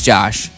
Josh